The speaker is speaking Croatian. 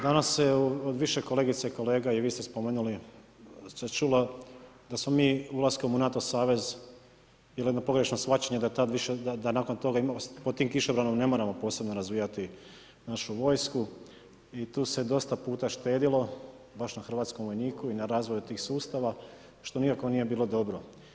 Danas se od više kolegica i kolega, i vi ste spomenuli, se čulo da smo mi ulaskom u NATO savez bilo jedno pogrešno shvaćanje da nakon toga pod tim kišobranom ne moramo posebno razvijati našu vojsku i tu se dosta puta štedjelo baš na hrvatskom vojniku i na razvoju tih sustava što nikako nije bilo dobro.